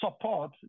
support